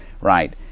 right